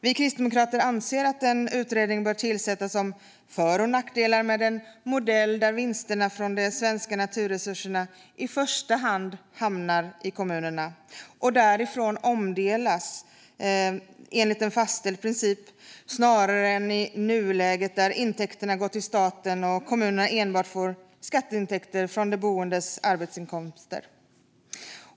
Vi kristdemokrater anser att en utredning bör tillsättas om för och nackdelar med en modell där vinsterna från de svenska naturresurserna i första hand hamnar i kommunerna och därifrån omfördelas enligt en fastställd princip, snarare än som i nuläget där intäkterna går till staten och kommunerna enbart får skatteintäkter från de boendes arbetsinkomster.